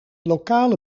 lokale